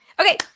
Okay